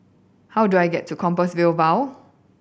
how do I get to Compassvale Bow